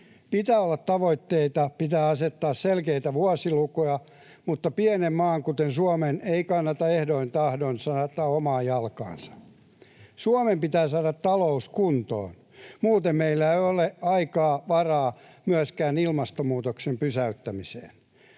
Pitää olla tavoitteita, ja pitää asettaa selkeitä vuosilukuja, mutta pienen maan, kuten Suomen, ei kannata ehdoin tahdoin sahata omaa jalkaansa. Suomen pitää saada talous kuntoon. Muuten meillä ei ole aikaa ja varaa myöskään ilmastonmuutoksen pysäyttämiseen.